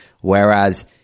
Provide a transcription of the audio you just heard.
whereas